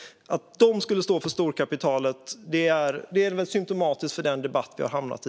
Att de skulle stå på storkapitalets sida är väl symtomatiskt för den debatt som vi har hamnat i.